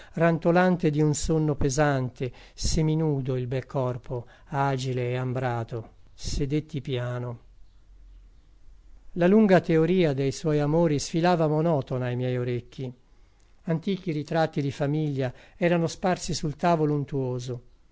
rantolante di un sonno pesante seminudo il bel corpo agile e ambrato sedetti piano la lunga teoria dei suoi amori sfilava monotona ai miei orecchi antichi ritratti di famiglia erano sparsi sul tavolo untuoso